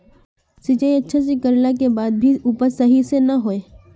सिंचाई अच्छा से कर ला के बाद में भी उपज सही से ना होय?